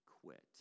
quit